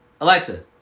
Alexa